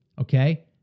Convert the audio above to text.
Okay